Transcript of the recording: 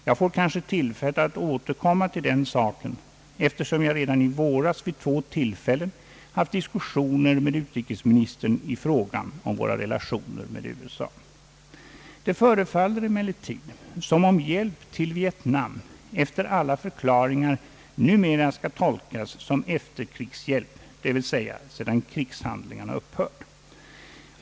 Jag får kanske tillfälle att återkomma till den saken eftersom jag redan i våras vid två tillfällen haft diskussioner med utrikesministern i fråga om våra relationer med USA. Det förefaller emellertid som om hjälp till Vietnam efter alla förklaringar numera skall tolkas som efterkrigshjälp, dvs, sedan krigshandlingarna upphört.